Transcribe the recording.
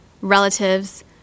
relatives